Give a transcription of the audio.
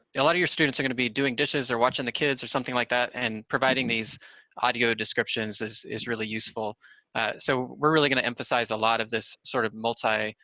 a lot of your students are going to be doing dishes or watching the kids or something like that and providing these audio descriptions is is really useful so we're really going to emphasize a lot of this sort of multi-modality.